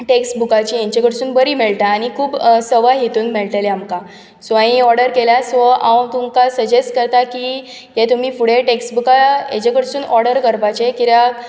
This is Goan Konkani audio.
टॅक्सबूकाचे हाचे कडसून बरी मेळटा आनी खूब सवाय हातूंत मेळटले आमकां सो हांवें हें ओर्डर केला सो हांव तुमकां सजेस्ट करता की हे तुमी फुडें टॅक्सबूकां हाजे कडसून ओर्डर करपाचे कित्याक